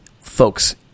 Folks